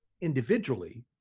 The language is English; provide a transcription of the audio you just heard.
individually